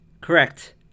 Correct